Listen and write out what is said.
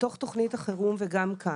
בתוך תוכנית החירום וגם כאן,